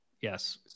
Yes